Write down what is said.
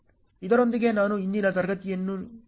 ಇದರೊಂದಿಗೆ ನಾನು ಇಂದಿನ ತರಗತಿಗಾಗಿ ನಿಲ್ಲುತ್ತಿದ್ದೇನೆ